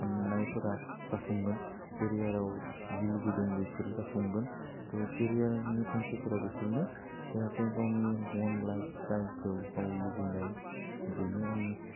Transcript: साननायफोरा जाफुंगोन केरियाराव जि लुबैदों बेफोर जाफुंगोन थह केरियारनि थांखिफोरा बेफोरनो जाहाथे गावनि अन लाइफ स्टाइलखौ गाव लुबैनाय बिनो आंनि